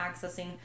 accessing